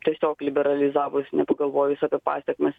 tiesiog liberalizavus nepagalvojus apie pasekmes